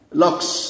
locks